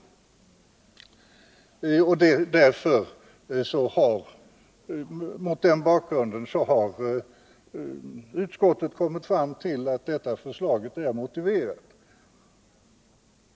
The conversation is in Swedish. Mot den bakgrunden har utskottet kommit fram till att propositionens förslag är motiverat.